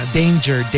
danger